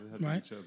Right